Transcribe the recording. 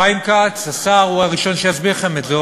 חיים כץ הוא הראשון שיסביר לכם את זה,